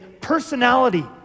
personality